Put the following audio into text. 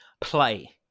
Play